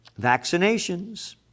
vaccinations